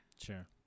sure